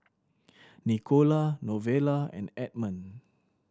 Nicola Novella and Edmon